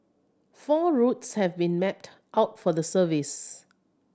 four routes have been mapped out for the service